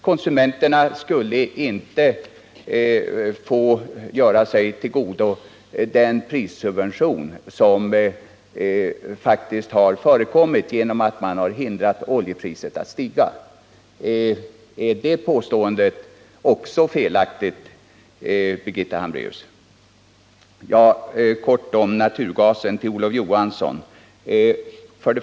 Konsumenterna skulle inte få tillgodogöra sig den prissubvention som faktiskt har förekommit genom att regeringen har förhindrat höjningar av oljepriset. Är det påståendet också felaktigt, Birgitta Hambraeus? Så några ord om naturgasen till Olof Johansson.